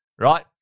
right